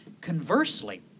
Conversely